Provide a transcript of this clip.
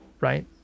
Right